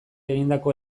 egindako